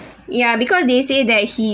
ya because they say that he